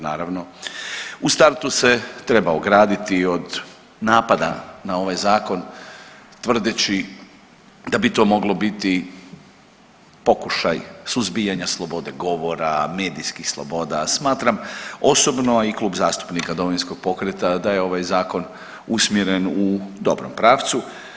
Naravno, u startu se treba ograditi od napada na ovaj zakon tvrdeći da bi to moglo biti pokušaj suzbijanja slobode govora, medijskih sloboda, smatram osobno, a i Klub zastupnika Domovinskog pokreta da je ovaj zakon usmjeren u dobrom pravcu.